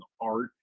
art